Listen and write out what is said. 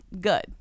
good